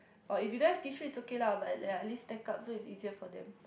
or if you don't have tissue is okay lah but ya at least stack up so it's easier for them